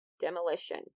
demolition